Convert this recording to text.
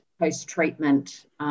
post-treatment